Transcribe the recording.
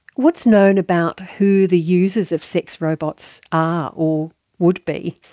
what's known about who the users of sex robots are or would be?